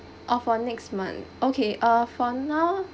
oh for next month okay uh for now